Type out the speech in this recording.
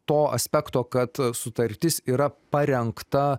to aspekto kad sutartis yra parengta